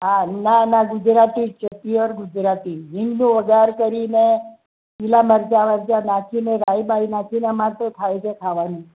હા ના ના ગુજરાતી જ છે પ્યોર ગુજરાતી હિંગનો વધાર કરીને લીલાં મરચાં બરચા નાખીને રાઈ બાઈ નાખીને અમારે તો થાય છે ખાવાનું